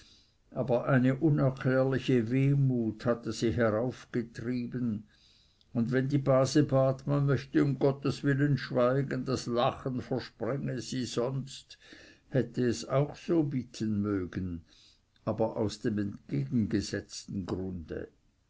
aber eine unerklärliche wehmut hatte sie heraufgetrieben und wenn die base bat man möchte um gottes willen schweigen das lachen versprenge sie sonst hätte es auch so bitten mögen aber aus dem entgegengesetzten grunde